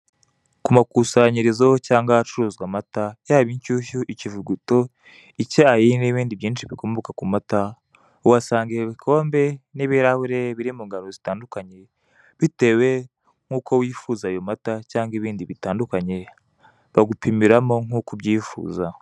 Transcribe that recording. Ku makusanyirizo cyangwa ahacururizwa amata yaba: inshyushyu, ikivuguto, icyayi n'ibindi byinshi bikomoka ku mata; uhasanga ibikombe n'ibirahure biri mu ngano zitandukanye, bitewe n'uko wifuza ayo amata cyangwa ibindi bitandukanye; bagupimiramo nk'uko ubyifuza.